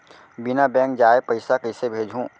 बिना बैंक जाये पइसा कइसे भेजहूँ?